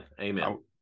amen